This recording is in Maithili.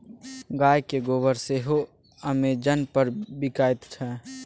गायक गोबर सेहो अमेजन पर बिकायत छै